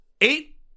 eight